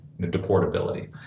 deportability